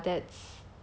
so ya that